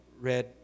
read